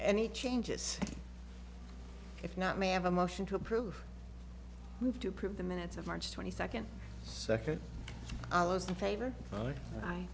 any changes if not may have a motion to approve move to prove the minutes of march twenty second second in favor